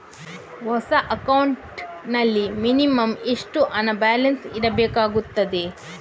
ಹೊಸ ಅಕೌಂಟ್ ನಲ್ಲಿ ಮಿನಿಮಂ ಎಷ್ಟು ಹಣ ಬ್ಯಾಲೆನ್ಸ್ ಇಡಬೇಕಾಗುತ್ತದೆ?